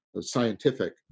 scientific